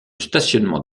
stationnement